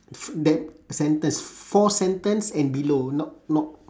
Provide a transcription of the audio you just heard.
that sentence four sentence and below not not